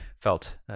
felt